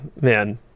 man